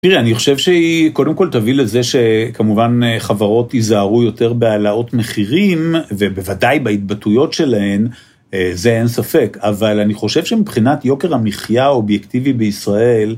תראי, אני חושב שקודם כל תביא לזה שכמובן חברות ייזהרו יותר בהעלאות מחירים, ובוודאי בהתבטאויות שלהן, זה אין ספק, אבל אני חושב שמבחינת יוקר המחייה האובייקטיבי בישראל,